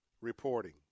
reporting